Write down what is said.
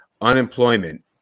unemployment